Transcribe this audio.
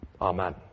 Amen